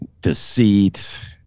deceit